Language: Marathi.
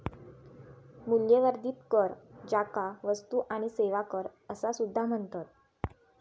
मूल्यवर्धित कर, ज्याका वस्तू आणि सेवा कर असा सुद्धा म्हणतत